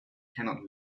cannot